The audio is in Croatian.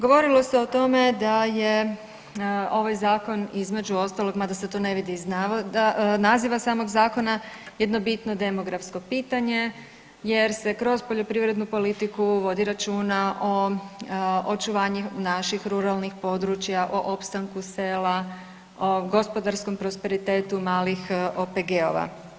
Govorilo se o tome da je ovaj zakon između ostalog, mada se to ne vidi iz naziva samog zakona, jedno bitno demografsko pitanje jer se kroz poljoprivrednu politiku vodi računa o očuvanju naših ruralnih područja, o opstanku sela, o gospodarskom prosperitetu malih OPG-ova.